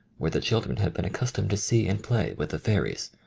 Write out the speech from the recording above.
where the children had been accustomed to see and play with the fairies.